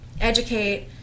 educate